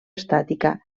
estàtica